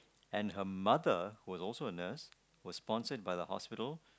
and her mother who was also a nurse was sponsored by the hospital